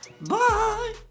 Bye